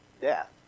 death